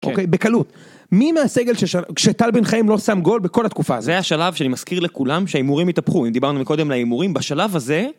אוקיי בקלות, מי מהסגל כשטל בן חיים לא שם גול בכל התקופה הזאת? זה השלב שאני מזכיר לכולם שההימורים התהפכו, אם דיברנו מקודם על ההימורים בשלב הזה.